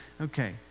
okay